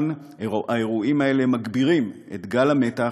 האירועים האלה מגבירים את גל המתח,